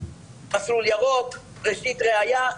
מסלול ירוק, ראשית ראיה.